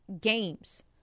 games